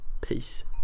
Peace